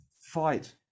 fight